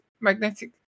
magnetic